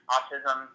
Autism